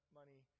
money